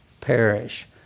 perish